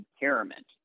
impairment